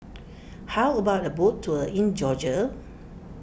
how about a boat tour in Georgia